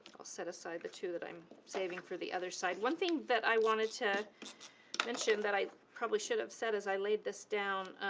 i'll set aside the two that i'm saving for the other side. one thing that i wanted to mention, that i probably should have said as i laid this down,